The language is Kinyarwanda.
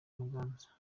muganza